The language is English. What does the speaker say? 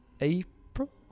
April